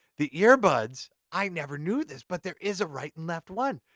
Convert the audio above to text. the earbuds, i never knew this, but there is a right and left one!